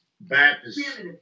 Baptist